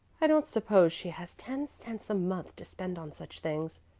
i don't suppose she has ten cents a month to spend on such things,